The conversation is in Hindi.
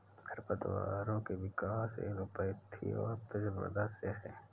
खरपतवारों के विकास एलीलोपैथी और प्रतिस्पर्धा से है